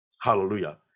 Hallelujah